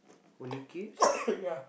only kids